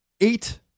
eight